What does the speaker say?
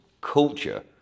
culture